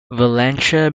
valencia